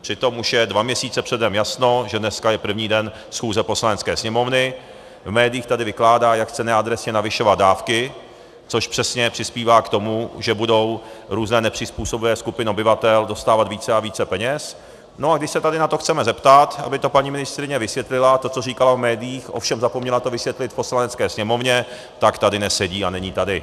Přitom už je dva měsíce předem jasno, že dneska je první den schůze Poslanecké sněmovny, v médiích tady vykládá, jak chce neadresně navyšovat dávky, což přesně přispívá k tomu, že budou různé nepřizpůsobivé skupiny obyvatel dostávat více a více peněz, no a když se tady na to chceme zeptat, aby paní ministryně vysvětlila to, co říkala v médiích, ovšem zapomněla to vysvětlit v Poslanecké sněmovně, tak tady nesedí a není tady.